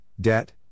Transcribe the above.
debt